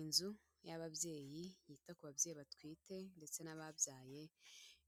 Inzu y'ababyeyi yita ku babyeyi batwite ndetse n'ababyaye,